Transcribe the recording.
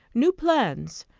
new plans,